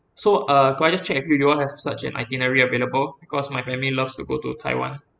so uh could I just check with you you all have such an itinerary available because my family loves to go to taiwan